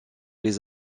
les